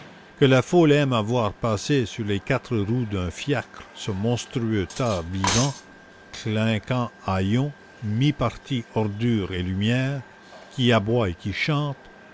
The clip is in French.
que la foule aime à voir passer sur les quatre roues d'un fiacre ce monstrueux tas vivant clinquant haillon mi-parti ordure et lumière qui aboie et qui chante